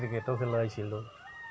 ক্ৰিকেটো খেলাইছিলোঁ